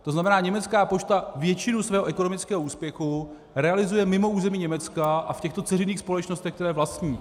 To znamená, německá pošta většinu svého ekonomického úspěchu realizuje mimo území Německa a v těchto dceřiných společnostech, které vlastní.